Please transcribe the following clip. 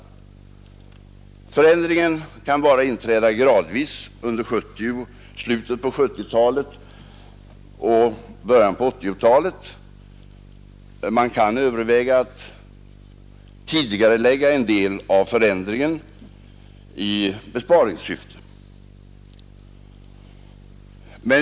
Förändringen kan bara inträda gradvis under slutet av 1970-talet och början av 1980-talet, men man kan överväga att tidigarelägga en del av förändringen i besparingssyfte.